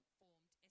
formed